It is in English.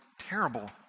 terrible